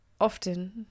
often